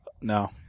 No